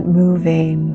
moving